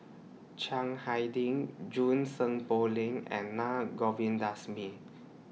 Chiang Hai Ding Junie Sng Poh Leng and Naa Govindasamy